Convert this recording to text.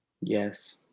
Yes